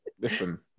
Listen